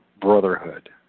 brotherhood